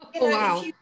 wow